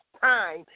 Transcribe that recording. time